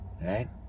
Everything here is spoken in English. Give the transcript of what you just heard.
right